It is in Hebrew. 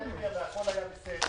בצלאל,